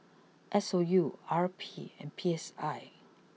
S O U R P and P S I